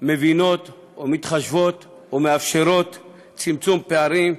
מבינות או מתחשבות בו או מאפשרות צמצום פערים.